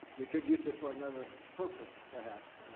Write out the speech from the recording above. we could use it for another purpose, perhaps.